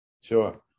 sure